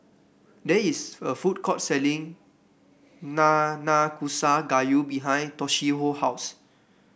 there is a food court selling Nanakusa Gayu behind Toshio house